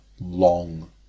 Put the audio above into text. long